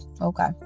okay